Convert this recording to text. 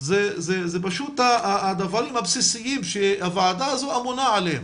זה פשוט הדברים הבסיסיים שהוועדה הזו אמונה עליהם.